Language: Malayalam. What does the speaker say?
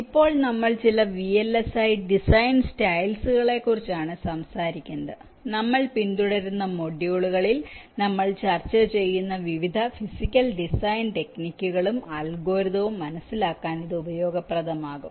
ഇപ്പോൾ നമ്മൾ ചില VLSI ഡിസൈൻ സ്റ്റൈൽസുകളെക്കുറിച്ചാണ് സംസാരിക്കുന്നത് നമ്മൾ പിന്തുടരുന്ന മൊഡ്യൂളുകളിൽ നമ്മൾ ചർച്ച ചെയ്യുന്ന വിവിധ ഫിസിക്കൽ ഡിസൈൻ ടെക്നിക്കുകളും അൽഗോരിതവും മനസ്സിലാക്കാൻ ഇത് ഉപയോഗപ്രദമാകും